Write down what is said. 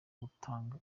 gutanga